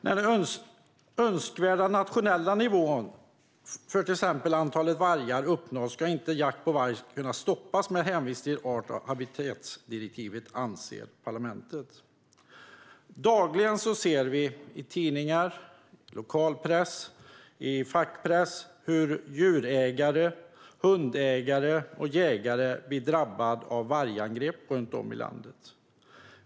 När den önskvärda nationella nivån för till exempel antalet vargar uppnås ska jakt på varg inte kunna stoppas med hänvisning till art och habitatdirektivet, anser parlamentet. Dagligen ser vi i tidningar, både lokalpress och fackpress, hur djur och hundägare och jägare drabbas av vargangrepp runt om i landet.